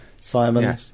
Simon